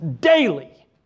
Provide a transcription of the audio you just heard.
daily